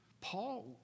Paul